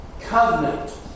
covenant